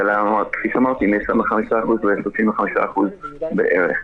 כפי שאמרתי, הייתה עלייה מ-25% ל-35% בערך.